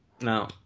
No